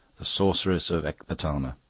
the sorceress of ecbatana.